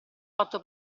fatto